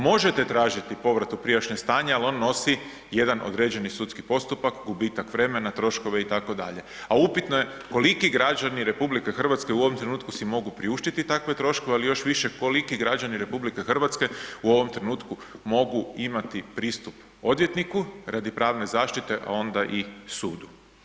Možete tražiti povrat u prijašnje stanje, ali on nosi jedan određeni sudski postupak, gubitak vremena, troškove itd., a upitno je koliko građani RH u ovom trenutku si mogu priuštiti takve troškove, ali još više koliki građani RH u ovom trenutku mogu imati pristup odvjetniku radi pravne zaštite, a onda i sud.